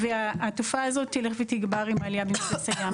והתופעה הזאת תלך ותגבר עם העלייה במפלס הים.